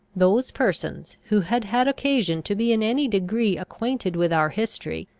those persons who had had occasion to be in any degree acquainted with our history,